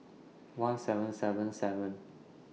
one seven seven seven